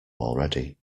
already